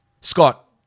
Scott